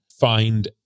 find